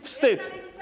Wstyd.